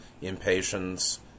impatience